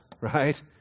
right